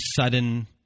sudden